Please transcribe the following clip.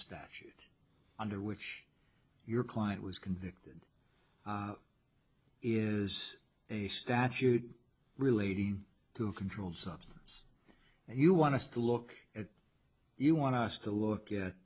statute under which your client was convicted is a statute relating to a controlled substance and you want to look at you want us to look